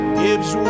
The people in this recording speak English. gives